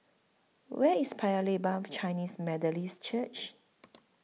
Where IS Paya Lebar Chinese Methodist Church